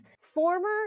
Former